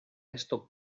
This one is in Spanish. esto